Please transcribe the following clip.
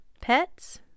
pets